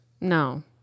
No